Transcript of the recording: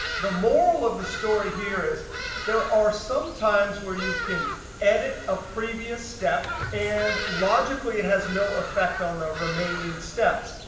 the moral of the story here is there are some times where you can edit a previous step and logically it has no effect on the remaining steps.